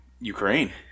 Ukraine